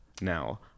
now